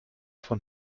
von